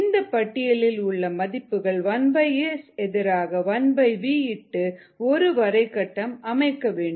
இந்த பட்டியலில் உள்ள மதிப்புகள் 1S எதிராக 1v இட்டு ஒருவரை கட்டம் அமைக்க வேண்டும்